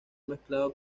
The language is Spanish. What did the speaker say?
mezclado